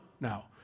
now